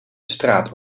straat